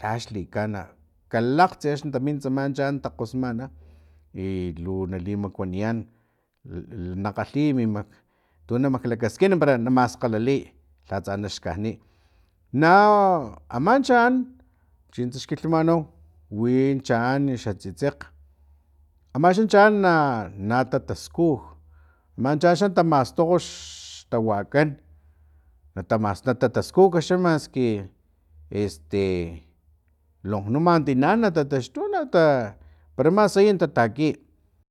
lhax likana kalakgtsi axni tamintsaman chaan takgosmana i lu nali makuaniyan na kgalhiya min tu na makglakaskin para na maskgalaliy lhatsa naxkaniy na aman chaan chintsa xkilhumanau win chaan wixa tsitsekg amaxan chaan na natataskuj man xa tamastokg x tawakan natamas natataskuj xa maski este e lokgnuma tina natataxtu nata para mima sayin tataki